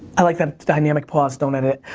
i like that dynamic pause, don't edit it.